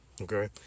Okay